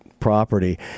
property